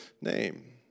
name